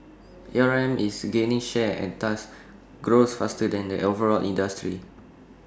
A R M is gaining share and thus grows faster than the overall industry